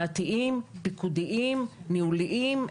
משמעתיים, פיקודיים וניהוליים.